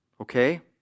Okay